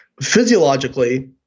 Physiologically